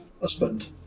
husband